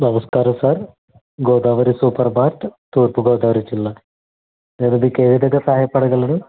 నమస్కారం sir Godavari super mart తూర్పు గోదావరి జిల్లా నేను మీకు ఏ విధంగా సహాయపడగలను